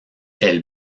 elle